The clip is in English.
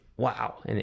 wow